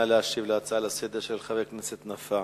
נא להשיב על ההצעה לסדר-היום של חבר הכנסת נפאע.